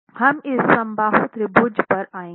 हम इस समबाहु त्रिभुज पर आएँगे